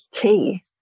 Key